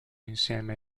insieme